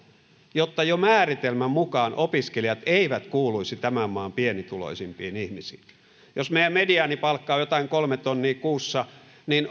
jotta jo määritelmän mukaan opiskelijat eivät kuuluisi tämän maan pienituloisimpiin ihmisiin jos meidän mediaanipalkka on jotain kolme tonnia kuussa niin